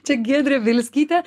čia giedrė bielskytė